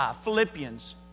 Philippians